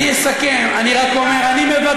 אני אסכם, אני רק אומר: אני מבקש,